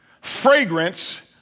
fragrance